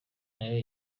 nayo